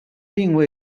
并未